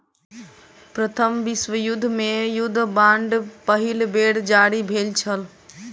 प्रथम विश्व युद्ध मे युद्ध बांड पहिल बेर जारी भेल छल